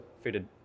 fitted